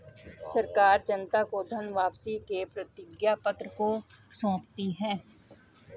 सरकार जनता को धन वापसी के प्रतिज्ञापत्र को सौंपती है